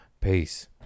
Peace